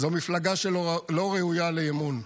זו מפלגה שלא ראויה לאמון.